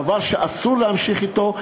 דבר שאסור להמשיך אתו,